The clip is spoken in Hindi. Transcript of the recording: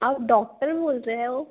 आप डॉक्टर बोल रहे हो